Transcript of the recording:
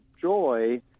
joy